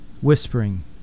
Whispering